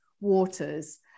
Waters